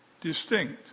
Distinct